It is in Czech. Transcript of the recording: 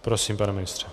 Prosím, pane ministře.